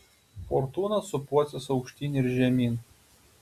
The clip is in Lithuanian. fortūna sūpuosis aukštyn ir žemyn